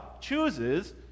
chooses